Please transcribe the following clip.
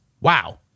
Wow